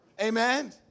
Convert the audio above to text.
Amen